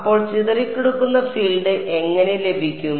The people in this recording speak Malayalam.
അപ്പോൾ ചിതറിക്കിടക്കുന്ന ഫീൽഡ് എങ്ങനെ ലഭിക്കും